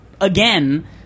again